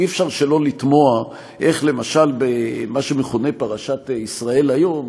אי-אפשר שלא לתמוה איך למשל במה שמכונה "פרשת ישראל היום"